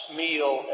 meal